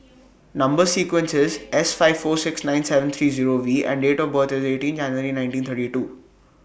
Number sequence IS S five four six nine seven three Zero V and Date of birth IS eighteen January nineteen thirty two